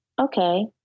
okay